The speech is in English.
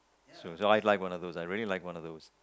so I'd like one of those I'd really like one of those